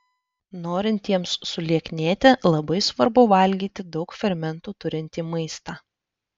norintiems sulieknėti labai svarbu valgyti daug fermentų turintį maistą